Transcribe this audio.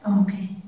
Okay